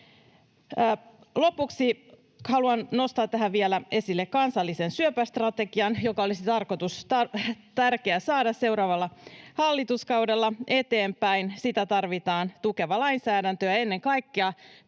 Lopuksi haluan nostaa tähän vielä esille kansallisen syöpästrategian, joka olisi tärkeää saada seuraavalla hallituskaudella eteenpäin. Sille tarvitaan tukeva lainsäädäntö ja ennen kaikkea